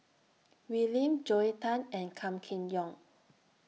Wee Lin Joel Tan and Gan Kim Yong